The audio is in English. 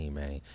man